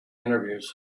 interviews